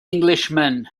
englishman